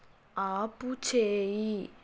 ఆపుచేయి